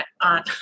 on